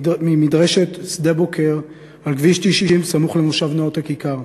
ממדרשת שדה-בוקר, בכביש 90 סמוך למושב נאות-הכיכר,